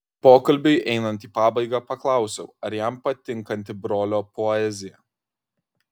pokalbiui einant į pabaigą paklausiau ar jam patinkanti brolio poezija